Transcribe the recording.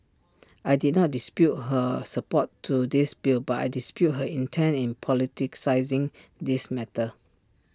I did not dispute her support to this bill but I dispute her intent in politicising this matter